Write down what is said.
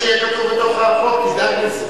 העלו את זה.